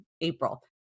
April